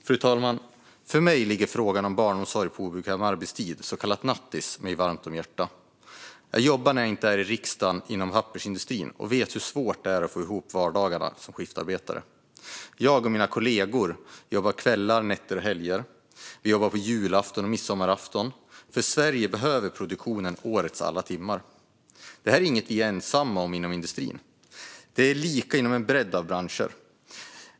Fru talman! För mig är frågan om barnomsorg på obekväm arbetstid, så kallat nattis, något som ligger mig varmt om hjärtat. När jag inte är i riksdagen jobbar jag inom pappersindustrin och vet hur svårt det är att få ihop vardagarna som skiftarbetare. Jag och mina kollegor jobbar kvällar, nätter och helger. Vi jobbar på julafton och midsommarafton, för Sverige behöver produktion årets alla timmar. Detta är inget vi är ensamma om inom industrin. Det är likadant inom en bredd av branscher.